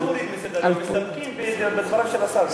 לא מוריד מסדר-היום, מסתפקים בדבריו של השר.